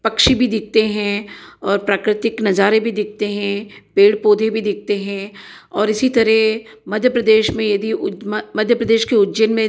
पक्षी भी दिखते हैं और प्राकृतिक नज़ारे भी दिखते हैं पेड़ पौधे भी दिखते हैं और इसी तरह मध्य प्रदेश में उज्जै मध्य प्रदेश के उज्जैन में